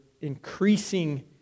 increasing